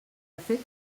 fet